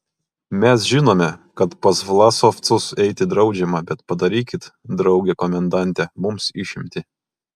mes žinome kad pas vlasovcus eiti draudžiama bet padarykit drauge komendante mums išimtį